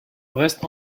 reste